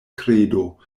kredo